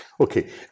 okay